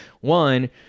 one